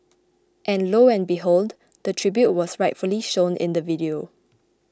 and lo and behold the tribute was rightfully shown in the video